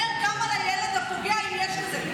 פנינה, זה שומר גם על הילד הפוגע, אם יש כזה.